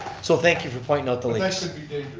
so thank you for pointing out the leaks.